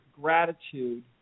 gratitude